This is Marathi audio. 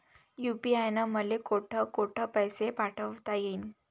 यू.पी.आय न मले कोठ कोठ पैसे पाठवता येईन?